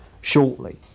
shortly